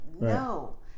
No